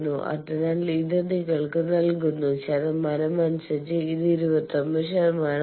അതിനാൽ ഇത് ശതമാനം അനുസരിച്ച് 29 ശതമാനമാണ്